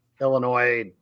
Illinois